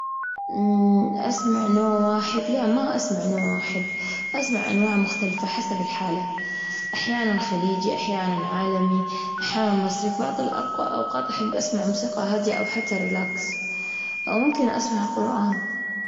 امم أسمع نوع واحد؟ لا ما أسمع نوع واحد، أسمع أنواع مختلفة حسب الحالة. أحيانًا الخليجي أحيانًا عالمي أحيانًا مصري، بعض الأوق- أوقات أحب أسمع موسيقى هادية أو حتى ريلاكس، أو ممكن أسمع القرآن.